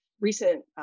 recent